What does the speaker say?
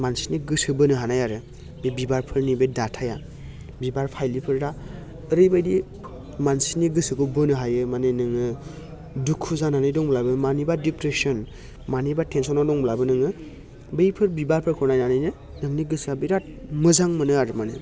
मानसिनि गोसो बोनो हानाय आरो बे बिबारफोरनि बे दाथाया बिबार फाइलिफोरा ओरैबायदि मानसिनि गोसोखौ बोनो हायो माने नोङो दुखु जानानै दंब्लाबो मानिबा डिप्रेसन मानिबा टेनसनाव दंब्लाबो नोङो बैफोर बिबारफोरखौ नायनानैनो नोंनि गोसोआ बिराद मोजां मोनो आरो माने